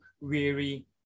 weary